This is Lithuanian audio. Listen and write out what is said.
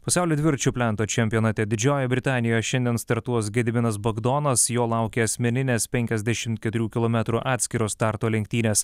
pasaulio dviračių plento čempionate didžiojoje britanijoje šiandien startuos gediminas bagdonas jo laukia asmeninės penkiasdešimt keturių kilometrų atskiro starto lenktynės